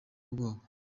ubwoba